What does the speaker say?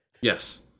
Yes